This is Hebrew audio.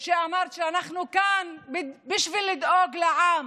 אומרת: אנחנו כאן בשביל לדאוג לעם.